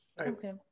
Okay